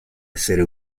essere